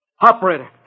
Operator